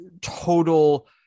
total